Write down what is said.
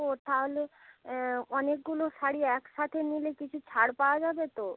ও তাহলে অনেকগুলো শাড়ি একসাথে নিলে কিছু ছাড় পাওয়া যাবে তো